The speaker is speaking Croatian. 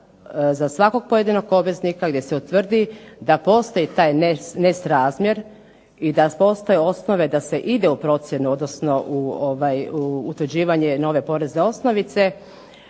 za svakog pojedinog obveznika gdje se utvrdi da postoji taj nesrazmjer i da postoje osnove da se ide u procjenu, odnosno u utvrđivanje nove porezne osnovice,